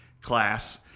class